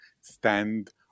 stand